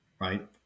right